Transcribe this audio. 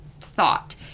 thought